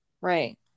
right